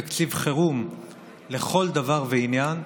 תקציב חירום לכל דבר ועניין,